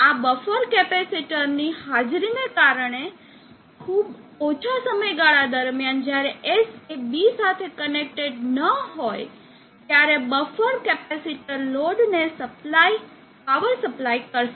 અને આ buffer capacitor ની હાજરીને કારણે આ ખૂબ જ ઓછા સમયગાળા દરમિયાન જ્યારે S એ B સાથે કનેક્ટ ન હોય ત્યારે બફર કેપેસિટર લોડને પાવર સપ્લાય કરશે